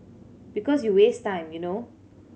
because you waste time you know